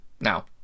now